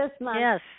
Yes